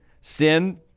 Sin